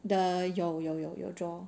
the 有有有有 draw